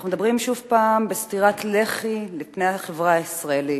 אנחנו מדברים שוב פעם בסטירת לחי על פני החברה הישראלית.